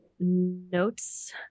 notes